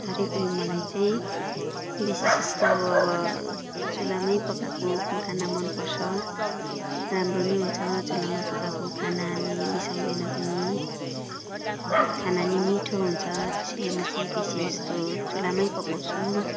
तर पनि मलाई चाहिँ बेसी जस्तो अब चुलामा पकाएको खाना मन पर्छ राम्रो पनि हुन्छ चुलामा पकाएको खाना अनि बिसाउँदैन पनि खाना पनि मिठो हुन्छ त्यसैले म चाहिँ बेसी जस्तो चुलामा पकाउँछु